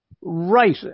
Right